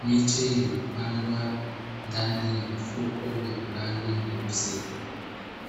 Miche iliyo ipandwa ndani ya mifuko yenye rangi nyeusi